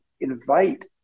invite